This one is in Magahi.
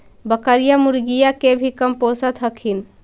बकरीया, मुर्गीया के भी कमपोसत हखिन?